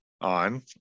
on